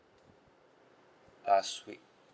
last week